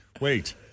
Wait